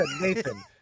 Nathan